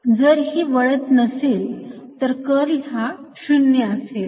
जर ही वळत नसेल तर कर्ल हा 0 असेल